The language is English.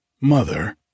mother